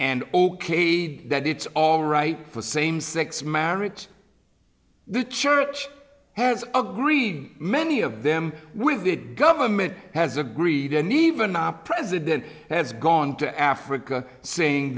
and okayed that it's all right for same sex marriage the church has agreed many of them with it government has agreed and even our president has gone to africa saying